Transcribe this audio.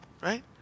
right